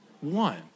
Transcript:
One